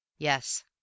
Yes